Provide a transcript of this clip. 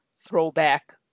throwback